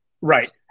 right